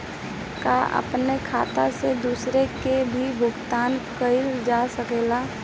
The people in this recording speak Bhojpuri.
का अपने खाता से दूसरे के भी भुगतान कइल जा सके ला?